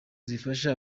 zifasha